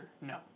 no